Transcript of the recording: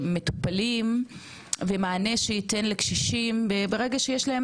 למטופלים ומענה שייתן לקשישים ברגע שיש להם